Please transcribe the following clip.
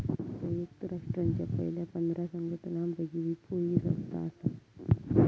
संयुक्त राष्ट्रांच्या पयल्या पंधरा संघटनांपैकी विपो ही संस्था आसा